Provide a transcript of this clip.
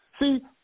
See